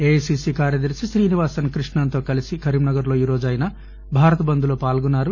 AICC కార్యదర్శి శ్రీనివాసన్ కృష్ణన్ తో కలిసి కరీంనగర్ లో ఈరోజు ఆయన భారత్ బంద్ లో పాల్గొన్నారు